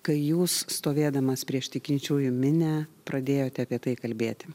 kai jūs stovėdamas prieš tikinčiųjų minią pradėjote apie tai kalbėti